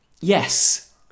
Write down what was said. Yes